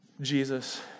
Jesus